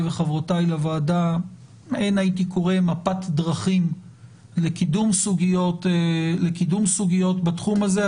וחברותיי לוועדה מעין מפת דרכים לקידום סוגיות בתחום הזה.